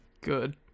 Good